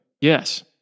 Yes